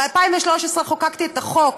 ב-2013 חוקקתי את החוק